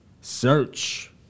Search